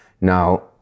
Now